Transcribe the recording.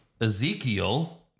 Ezekiel